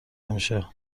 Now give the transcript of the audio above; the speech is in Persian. نمیشه